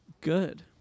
good